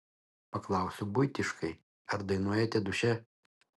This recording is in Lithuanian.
paklausiu buitiškai ar dainuojate duše